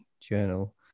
journal